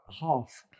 half